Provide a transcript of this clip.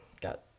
Got